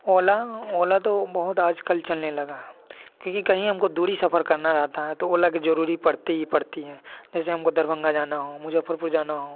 ओला ओला तो बहुत आजकल चलने लगा है क्योंकि कहीं हमको दूरी सफर करना रहता है तो ओला की जरूरी पड़ती ही पड़ती है जैसे हमको दरभंगा जाना हो मुजफ्फरपुर जाना हो